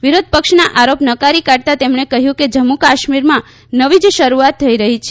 વિરોધપક્ષના આરોપ નકારી કાઢતાં તેમણે કહ્યું કે જમ્મુ કાશ્મીરમાં નવી જ શરૂઆત થઇ રહી છે